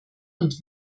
und